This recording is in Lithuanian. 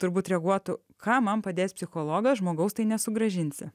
turbūt reaguotų ką man padės psichologas žmogaus tai nesugrąžinsi